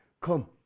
Come